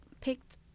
picked